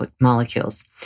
molecules